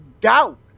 doubt